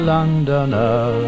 Londoner